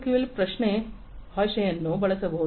NoSQL ಪ್ರಶ್ನೆ ಭಾಷೆಯನ್ನು ಬಳಸಬಹುದು